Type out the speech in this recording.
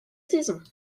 saisons